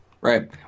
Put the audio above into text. Right